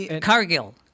Cargill